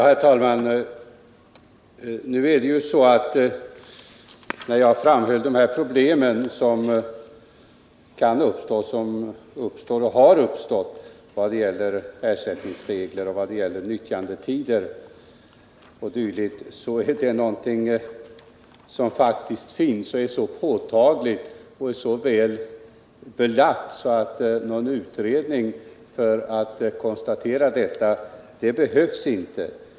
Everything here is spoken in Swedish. Herr talman! De problem som kan uppstå, uppstår och har uppstått i vad det gäller ersättningsregler, nyttjandetider o. d. är så påtagliga och så väl belagda att det inte behövs någon utredning för att konstatera detta.